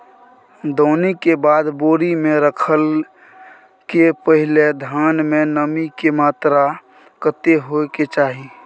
दौनी के बाद बोरी में रखय के पहिने धान में नमी के मात्रा कतेक होय के चाही?